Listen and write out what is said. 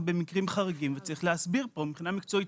במקרים חריגים וצריך להסביר כאן מבחינה מקצועית